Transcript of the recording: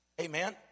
amen